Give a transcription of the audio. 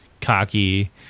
cocky